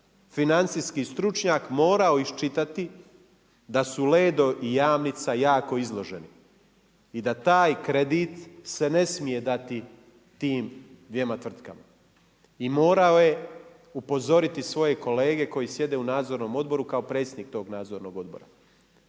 financijski stručnjak morao iščitati da su Ledo i Jamnica jako izloženi i da taj kredit se ne smije dati tim dvjema tvrtkama. I morao je upozoriti svoje kolege koji sjede u nadzornom odboru kao predsjednik tog nadzornog odbora.